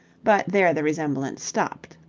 but there the resemblance stopped.